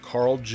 Carl